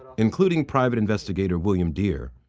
including private investigator william dear,